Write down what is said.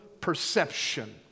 perception